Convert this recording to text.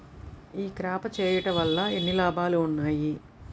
ఈ క్రాప చేయుట వల్ల ఎన్ని లాభాలు ఉన్నాయి?